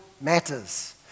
matters